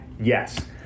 Yes